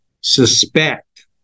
suspect